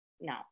no